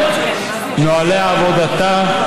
נוהלי עבודתה,